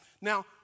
Now